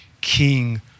king